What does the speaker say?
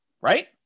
right